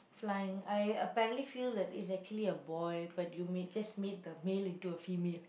flying I apparently feel that it's actually a boy but you may just made the male into a female